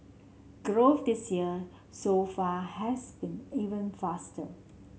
growth this year so far has been even faster